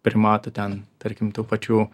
primatų ten tarkim tų pačių